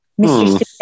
Mr